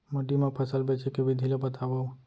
मंडी मा फसल बेचे के विधि ला बतावव?